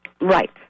Right